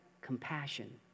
compassion